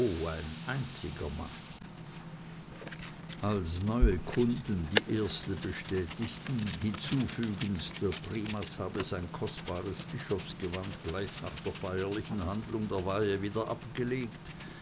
ein einziger mann als neue kunden die erste bestätigten hinzufügend der primas habe sein kostbares bischofsgewand gleich nach der feierlichen handlung der weihe wieder abgelegt